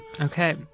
Okay